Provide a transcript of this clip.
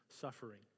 suffering